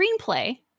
screenplay